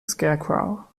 scarecrow